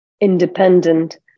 independent